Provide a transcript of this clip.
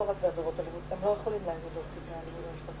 ננעלה בשעה